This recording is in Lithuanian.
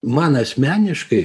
man asmeniškai